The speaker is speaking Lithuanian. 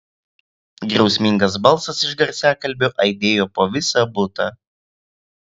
griausmingas balsas iš garsiakalbio aidėjo po visą butą